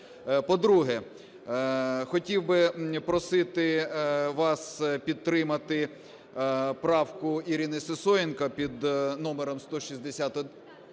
По-друге, хотів би просити вас підтримати правку Ірини Сисоєнко під номером 151